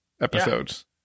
episodes